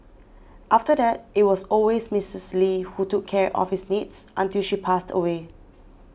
after that it was always Mrs Lee who took care of his needs until she passed away